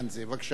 בבקשה.